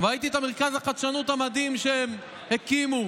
וראיתי את מרכז החדשנות המדהים שהם הקימו